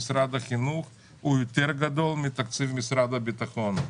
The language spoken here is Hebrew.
משרד החינוך הוא יותר גדול מתקציב משרד הביטחון.